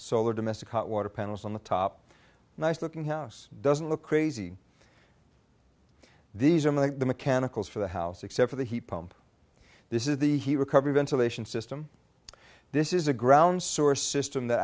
solar domestic hot water panels on the top nice looking house doesn't look crazy these are like the mechanicals for the house except for the heat pump this is the heat recovery ventilation system this is a ground source system that